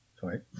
sorry